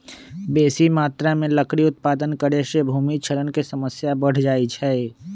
बेशी मत्रा में लकड़ी उत्पादन करे से भूमि क्षरण के समस्या बढ़ जाइ छइ